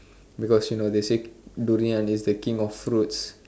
because you know they say durian is the King of fruits